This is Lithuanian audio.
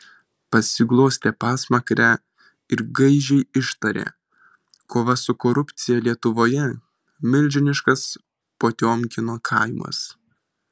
pasiglostė pasmakrę ir gaižiai ištarė kova su korupcija lietuvoje milžiniškas potiomkino kaimas